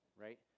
right